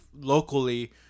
locally